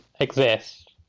exist